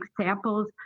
samples